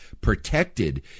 protected